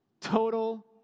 Total